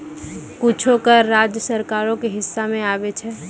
कुछो कर राज्य सरकारो के हिस्सा मे आबै छै